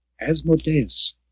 Asmodeus